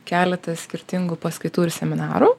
keletą skirtingų paskaitų ir seminarų